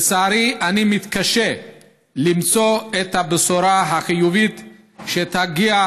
לצערי אני מתקשה למצוא את הבשורה החיובית שתגיע